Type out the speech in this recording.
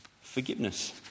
Forgiveness